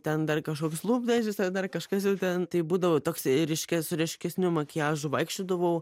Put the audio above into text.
ten dar kažkoks lūpdažis ar dar kažkas jau ten tai būdavo toks reiškia su ryškesniu makiažu vaikščiodavau